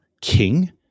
king